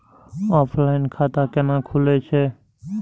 Offline खाता कैना खुलै छै?